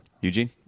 Eugene